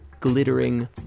glittering